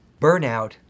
Burnout